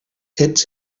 ets